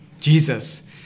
Jesus